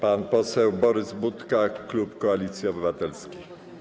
Pan poseł Borys Budka, klub Koalicji Obywatelskiej.